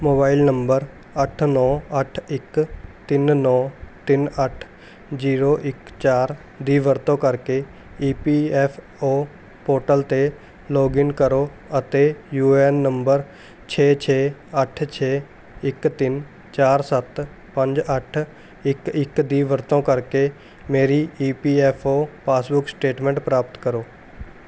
mobile number ਅੱਠ ਨੌਂ ਅੱਠ ਇੱਕ ਤਿੰਨ ਨੌਂ ਤਿੰਨ ਅੱਠ ਜੀਰੋ ਇੱਕ ਚਾਰ ਦੀ ਵਰਤੋਂ ਕਰਕੇ E P F O portal 'ਤੇ ਲੌਗਇਨ ਕਰੋ ਅਤੇ ਯੂ ਏ ਐੱਨ ਨੰਬਰ ਛੇ ਛੇ ਅੱਠ ਛੇ ਇੱਕ ਤਿੰਨ ਚਾਰ ਸੱਤ ਪੰਜ ਅੱਠ ਇੱਕ ਇੱਕ ਦੀ ਵਰਤੋਂ ਕਰਕੇ ਮੇਰੀ E P F O passbook statement ਪ੍ਰਾਪਤ ਕਰੋ